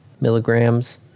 milligrams